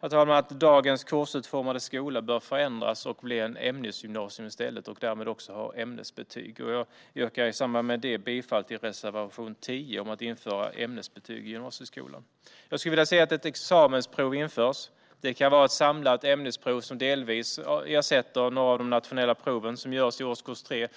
Herr talman! Dagens kursutformade skola bör förändras och bli ett ämnesgymnasium i stället och därmed ha ämnesbetyg. Jag yrkar därför bifall till reservation 10 om att införa ämnesbetyg i gymnasieskolan. Jag skulle vilja se att ett examensprov införs. Det kan vara ett samlat ämnesprov. Det har vi delvis sett i några av de nationella prov som görs i årskurs 3.